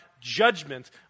judgment